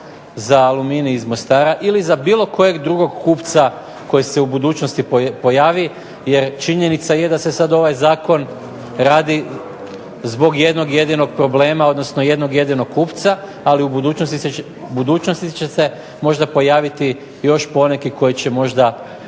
za Aluminij iz Mostara ili za bilo kojeg drugog kupca koji se u budućnosti pojavi jer činjenica je da se sad ovaj zakon radi zbog jednog jedinog problema, odnosno jednog jedinog kupca, ali u budućnosti će se možda pojaviti još poneki koji će možda